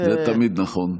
זה תמיד נכון.